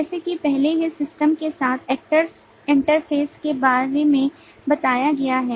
जैसा कि पहले ही सिस्टम के साथ एक्टर्स इंटरफेस के बारे में बताया गया है